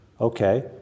okay